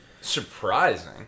surprising